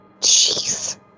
Jeez